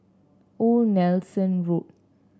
Old Nelson Road